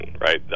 right